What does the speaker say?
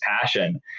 passion